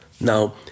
Now